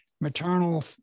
maternal